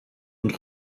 und